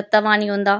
तत्ता पानी औंदा